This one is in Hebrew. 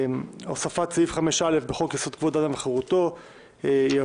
הוספת סעיף 5א בחוק יסוד: כבוד האדם וחירותו; יבוא: